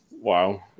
Wow